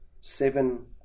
seven